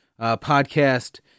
podcast